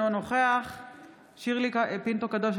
אינו נוכח שירלי פינטו קדוש,